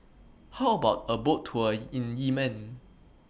How about A Boat Tour in Yemen